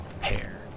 hair